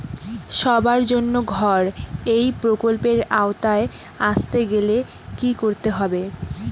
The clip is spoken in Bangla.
সবার জন্য ঘর এই প্রকল্পের আওতায় আসতে গেলে কি করতে হবে?